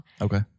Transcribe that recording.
Okay